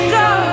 go